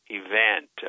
event